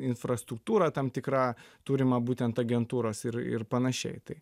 infrastruktūra tam tikra turima būtent agentūros ir ir panašiai tai